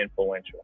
influential